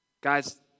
Guys